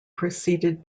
preceded